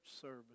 service